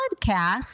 podcast